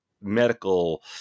medical